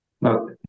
No